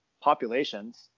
populations